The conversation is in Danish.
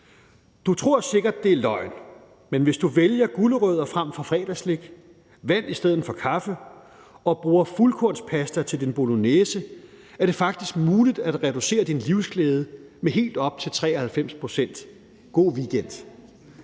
»Du tror sikkert, det er løgn, men hvis du vælger gulerødder frem for fredagsslik, vand i stedet for kaffe, og bruger fuldkornspasta til din bolognese, er det faktisk muligt at reducere din livsglæde med helt op til 93%. God weekend!«